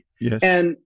Yes